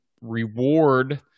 reward